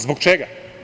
Zbog čega?